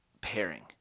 pairing